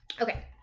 Okay